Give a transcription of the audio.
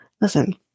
listen